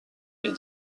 est